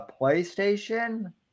PlayStation